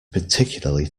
particularly